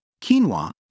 quinoa